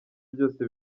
byose